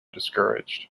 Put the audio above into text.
discouraged